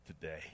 today